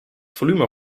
volume